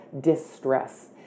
distress